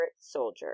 soldier